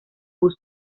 bus